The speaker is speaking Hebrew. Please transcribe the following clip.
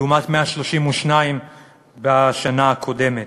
לעומת 132 בשנה הקודמת.